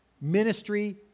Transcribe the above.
Ministry